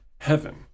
heaven